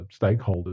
stakeholders